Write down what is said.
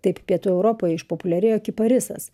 taip pietų europoje išpopuliarėjo kiparisas